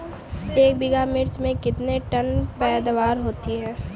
एक बीघा मिर्च में कितने टन पैदावार होती है?